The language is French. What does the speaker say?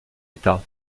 état